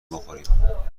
بخوریم